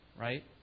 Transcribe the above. right